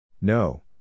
No